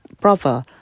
brother